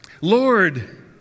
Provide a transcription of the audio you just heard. Lord